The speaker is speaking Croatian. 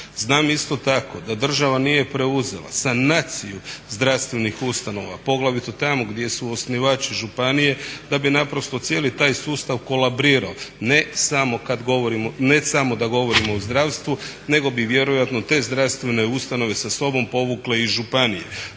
Znam isto tako da država nije preuzela sanaciju zdravstvenih ustanova, poglavito tamo gdje su osnivači županije, da bi naprosto cijeli taj sustav kolabirao. Ne samo da govorimo o zdravstvu nego bi vjerojatno te zdravstvene ustanove sa sobom povukle i županije.